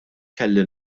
kelli